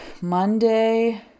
monday